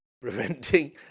preventing